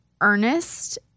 Ernest